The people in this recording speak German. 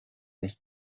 nicht